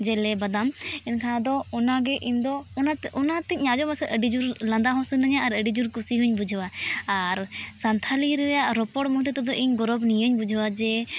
ᱡᱮ ᱞᱮ ᱵᱟᱫᱟᱢ ᱮᱱᱠᱷᱟᱱ ᱟᱫᱚ ᱚᱱᱟᱜᱮ ᱤᱧᱫᱚ ᱚᱱᱟᱛᱮ ᱚᱱᱟᱛᱮᱧ ᱟᱸᱡᱚᱢᱟᱥᱮ ᱟᱹᱰᱤᱡᱳᱨ ᱞᱟᱸᱫᱟ ᱦᱚᱸ ᱥᱟᱱᱟᱹᱧᱟ ᱟᱨ ᱟᱹᱰᱤᱡᱳᱨ ᱠᱩᱥᱤ ᱦᱚᱸᱧ ᱵᱩᱡᱷᱟᱹᱣᱟ ᱟᱨ ᱥᱟᱱᱛᱷᱟᱞᱤ ᱨᱮᱭᱟᱜ ᱨᱚᱯᱚᱲ ᱢᱚᱫᱽᱫᱷᱮ ᱛᱮᱫᱚ ᱤᱧ ᱜᱚᱨᱚᱵ ᱱᱤᱭᱟᱹᱧ ᱵᱩᱡᱷᱟᱹᱣᱟ ᱡᱮ